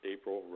April